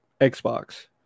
Xbox